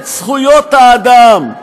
את זכויות האדם,